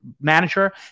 manager